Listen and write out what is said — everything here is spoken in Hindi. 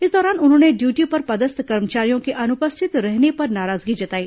इस दौरान उन्होंने ड्यूटी पर पदस्थ कर्मचारियों के अनुपस्थित रहने पर नाराजगी जताई